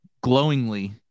glowingly